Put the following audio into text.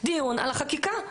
דיון על החקיקה.